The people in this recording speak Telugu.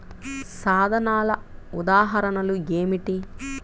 సాధనాల ఉదాహరణలు ఏమిటీ?